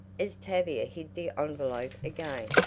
as tavia hid the envelope again.